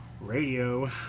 Radio